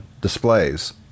displays